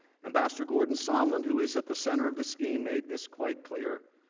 ambassador gordon, so um and who is at the center of the ski made this quite clear,